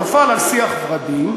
הוא נפל על שיח ורדים,